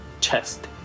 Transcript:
chest